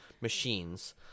machines